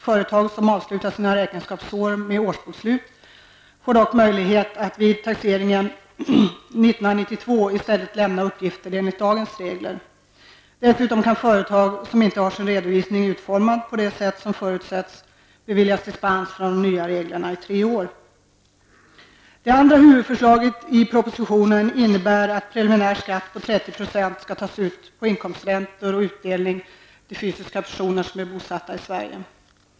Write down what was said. Företag som avslutar sina räkenskapsår med årsbokslut får dock möjlighet att vid taxeringen 1992 i stället lämna in uppgifter enligt dagens regler. Dessutom kan företag som inte har sin redovisning utformad på det sätt som förutsätts beviljas dispens från de nya reglerna i tre år. Det andra huvudförslaget i propositionen innebär att preliminär skatt på 30 % skall tas ut på inkomsträntor och utdelningar till fysiska personer som är bosatta i Sverige.